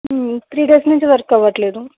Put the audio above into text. three days నుంచి work అవ్వట్లేదు